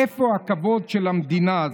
איפה הכבוד של המדינה הזאת?